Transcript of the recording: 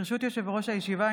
ברשות יושב-ראש הישיבה,